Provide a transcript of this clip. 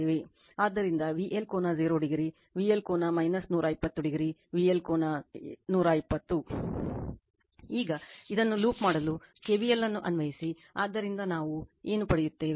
ಆದ್ದರಿಂದ VL ಕೋನ 0o VL ಕೋನ 120o VL ಕೋನ 12 0 ಈಗ ಇದನ್ನು ಲೂಪ್ ಮಾಡಲು KVL ಅನ್ನು ಅನ್ವಯಿಸಿ ಆದ್ದರಿಂದ ನಾವು ಏನು ಪಡೆಯುತ್ತೇವೆ